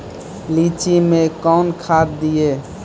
लीची मैं कौन खाद दिए?